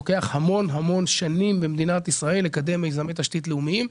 לוקח המון שנים במדינת ישראל לקדם מיזמי תשתית לאומיים.